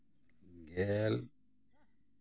ᱜᱮᱞ